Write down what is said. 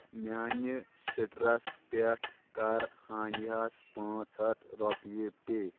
میانہِ سِٹرس پٮ۪ٹھٕ کَر ہانِیہ ہَس پانٛژھ ہَتھ رۄپیہِ پے